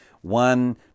one